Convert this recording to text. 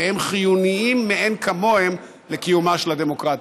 והם חיוניים מאין כמוהם לקיומה של הדמוקרטיה.